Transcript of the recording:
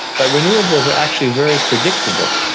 but renewables are actually very predictable.